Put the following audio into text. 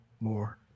more